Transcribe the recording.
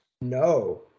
No